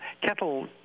kettle